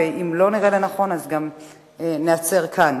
ואם לא נראה לנכון, אז גם ניעצר כאן.